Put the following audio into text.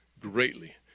greatly